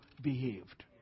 behaved